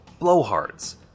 blowhards